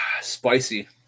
Spicy